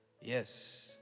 Yes